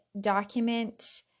document